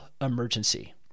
emergency